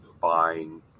buying